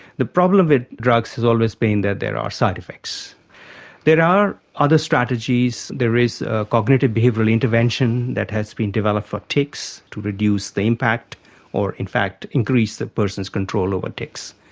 the problem with drugs has always been that there are side-effects. there are other strategies, there is cognitive behavioural intervention that has been developed for tics to reduce the impact or in fact increase the person's control over tics.